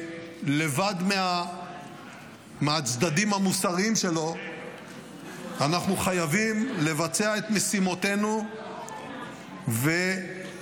שלבד מהצדדים המוסריים שלו אנחנו חייבים לבצע את משימותינו ולאפשר